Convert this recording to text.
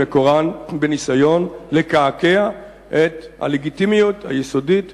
שמקורן בניסיון לקעקע את הלגיטימיות היסודית